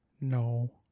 No